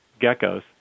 geckos